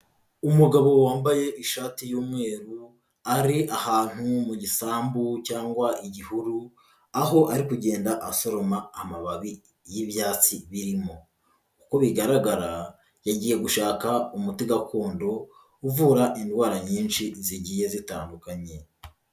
Umugabo wambaye ishati y'umweru ari ahantu mu gisambu cyangwa igihuru, aho ari kugenda asoroma amababi y'ibyatsi birimo, uko bigaragara yagiye gushaka umuti gakondo uvura indwara nyinshi zigiye zitandukanye.